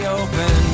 open